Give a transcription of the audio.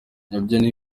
nibyo